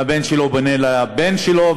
והבן שלו בונה לבן שלו,